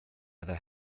other